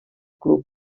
club